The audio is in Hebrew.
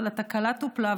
אבל התקלה טופלה,